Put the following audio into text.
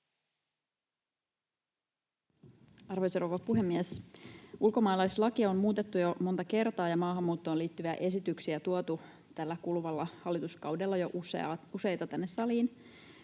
Arvoisa rouva puhemies! Ulkomaalaislakia on muutettu jo monta kertaa ja maahanmuuttoon liittyviä esityksiä tuotu tällä kuluvalla hallituskaudella jo useita tänne saliin.